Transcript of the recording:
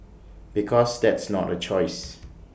because that's not A choice